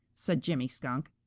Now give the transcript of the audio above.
said jimmy skunk.